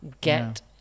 get